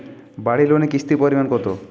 বাড়ি লোনে কিস্তির পরিমাণ কত?